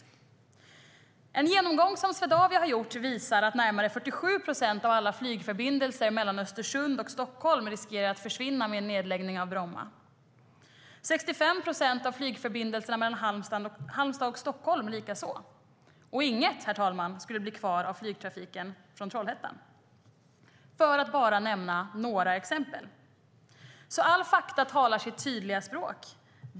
Alla fakta talar alltså sitt tydliga språk.